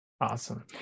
Awesome